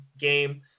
game